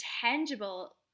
tangible